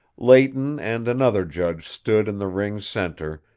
leighton and another judge stood in the ring's center,